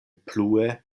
plue